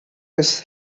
his